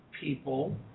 people